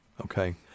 okay